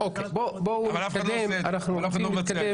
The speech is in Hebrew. אוקי, בואו נתקדם, אנחנו רוצים להתקדם